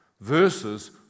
Verses